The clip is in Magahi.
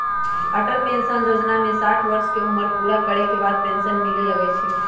अटल पेंशन जोजना में साठ वर्ष के उमर पूरा करे के बाद पेन्सन मिले लगैए छइ